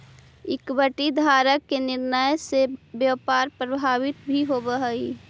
equity धारक के निर्णय से व्यापार प्रभावित भी होवऽ हइ